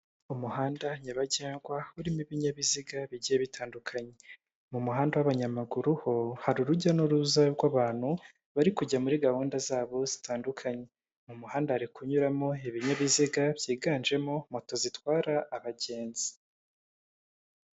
Umuhanda nyabagendwa urimo ibinyabiziga bigiye bitandukanye. Mu muhanda w'abanyamaguru ho hari urujya n'uruza rw'abantu, bari kujya muri gahunda zabo zitandukanye. Mu muhanda hari kunyuramo ibinyabiziga byiganjemo moto zitwara abagenzi.